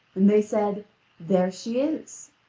and they said there she is.